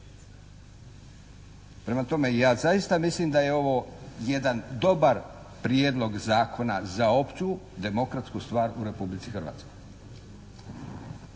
Prema tome, ja zaista mislim da je ovo jedan dobar prijedlog zakona za opću demokratsku stvar u Republici Hrvatskoj.